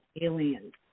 aliens